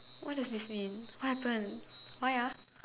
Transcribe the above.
what does this mean what happen why